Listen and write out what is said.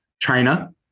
China